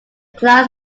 class